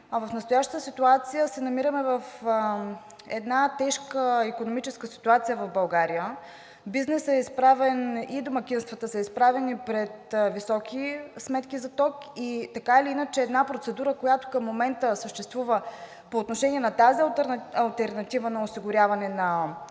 а в настоящата ситуация се намираме в една тежка икономическа ситуация в България – бизнесът и домакинствата са изправени пред високи сметки за ток, и така или иначе една процедура, която към момента съществува по отношение на тази алтернатива на осигуряване на